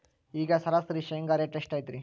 ಈಗ ಸರಾಸರಿ ಶೇಂಗಾ ರೇಟ್ ಎಷ್ಟು ಐತ್ರಿ?